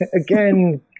again